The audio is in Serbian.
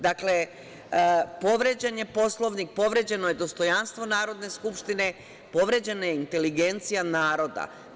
Dakle, povređen je Poslovnik, povređeno je dostojanstvo Narodne skupštine, povređena je inteligencija naroda.